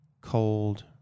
cold